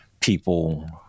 people